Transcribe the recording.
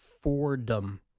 Fordham